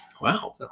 wow